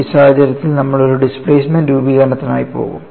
ഈ സാഹചര്യത്തിൽ നമ്മൾ ഒരു ഡിസ്പ്ലേസ്മെൻറ് രൂപീകരണത്തിനായി പോകും